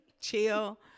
chill